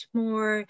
more